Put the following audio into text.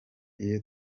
iyo